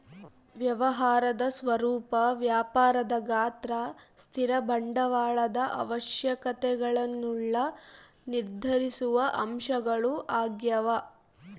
ವ್ಯವಹಾರದ ಸ್ವರೂಪ ವ್ಯಾಪಾರದ ಗಾತ್ರ ಸ್ಥಿರ ಬಂಡವಾಳದ ಅವಶ್ಯಕತೆಗುಳ್ನ ನಿರ್ಧರಿಸುವ ಅಂಶಗಳು ಆಗ್ಯವ